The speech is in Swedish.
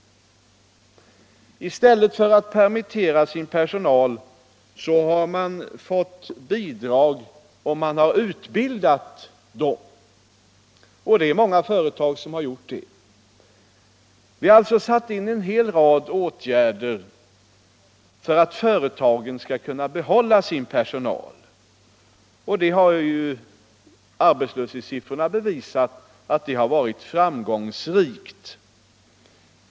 I stället för att permittera sin personal har företagarna fått bidrag för att utbilda den. Det har också många företag gjort. Vi har alltså satt in en hel rad åtgärder för att företagen skall kunna behålla sin personal. Arbetslöshetssiffrorna har också visat att detta har varit framgångsrikt.